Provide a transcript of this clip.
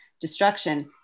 destruction